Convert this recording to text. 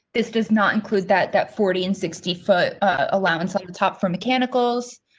this does not include that that forty and sixty foot allowance at the top from mechanicals.